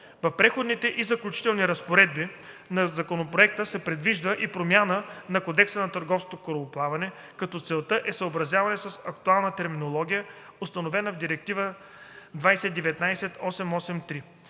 В Преходните и заключителните разпоредби на Законопроекта се предвижда и промяна на Кодекса на търговското корабоплаване, като целта е съобразяване с актуалната терминология, установена в Директива 2019/883.